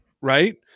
Right